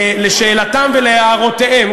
לשאלתם ולהערותיהם,